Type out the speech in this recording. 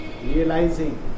realizing